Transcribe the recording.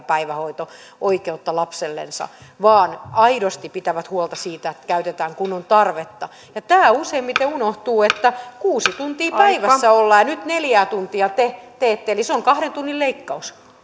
päivähoito oikeutta lapsellensa vaan aidosti pitävät huolta siitä että käytetään kun on tarvetta tämä useimmiten unohtuu että kun kuusi tuntia päivässä ollaan ja nyt neljää tuntia te teette niin se on kahden tunnin leikkaus